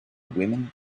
women